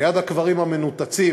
ליד הקברים המנותצים,